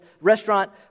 restaurant